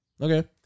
Okay